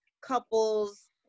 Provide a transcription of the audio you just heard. couples